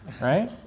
right